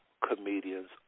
comedians